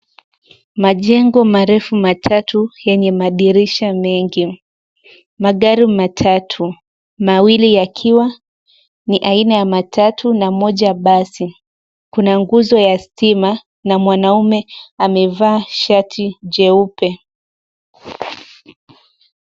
Majengo marefu matatu yenye madirisha mengi. Magari matatu mawili yakiwa ni aina ya matatu na moja basi. Kuna nguzo ya stima na mwanaume amevaa shati jeupe.